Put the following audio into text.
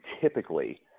typically